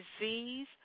disease